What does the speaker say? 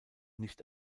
nicht